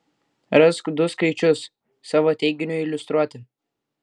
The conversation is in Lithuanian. rask du skaičius savo teiginiui iliustruoti